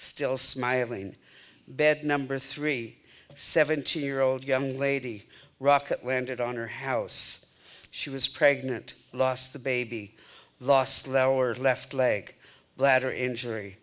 still smiling bad number three seventeen year old young lady rocket landed on her house she was pregnant lost the baby last hours left leg bladder injury